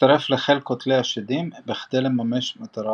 מצטרף לחיל קוטלי השדים בכדי לממש מטרה